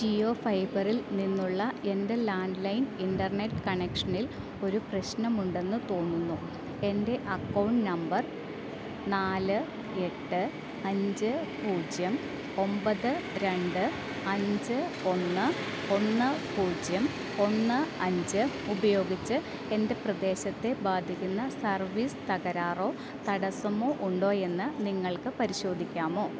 ജിയോ ഫൈബറിൽ നിന്നുള്ള എൻ്റെ ലാൻഡ്ലൈൻ ഇൻ്റർനെറ്റ് കണക്ഷനിൽ ഒരു പ്രശ്നമുണ്ടെന്ന് തോന്നുന്നു എൻ്റെ അക്കൗണ്ട് നമ്പർ നാല് എട്ട് അഞ്ച് പൂജ്യം ഒമ്പത് രണ്ട് അഞ്ച് ഒന്ന് ഒന്ന് പൂജ്യം ഒന്ന് അഞ്ച് ഉപയോഗിച്ച് എൻ്റെ പ്രദേശത്തെ ബാധിക്കുന്ന സർവീസ് തകരാറോ തടസ്സമോ ഉണ്ടോയെന്ന് നിങ്ങൾക്ക് പരിശോധിക്കാമോ